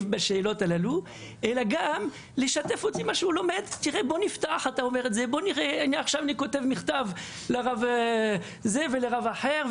לשאלות אלא גם לשתף אותי במה שהוא למד או כתב לרב כזה או לרב אחר,